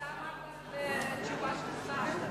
אמרת שאין תשובה של שר.